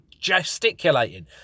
gesticulating